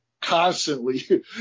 constantly